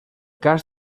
cas